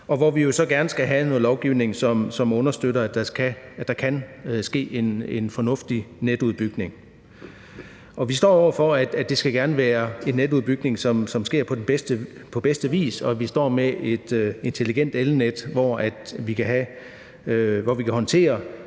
Der skal vi jo gerne have noget lovgivning, som understøtter, at der kan ske en fornuftig netudbygning. Vi står over for, at det gerne skal være en netudbygning, som sker på bedste vis, så vi står med et intelligent elnet, hvor vi kan håndtere